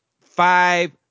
five